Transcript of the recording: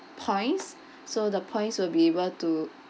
points so the points will be able to